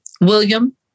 William